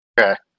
Okay